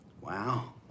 Wow